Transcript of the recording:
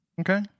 Okay